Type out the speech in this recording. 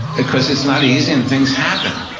because it's not easy and things happen.